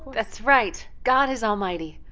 that's right. god is almighty.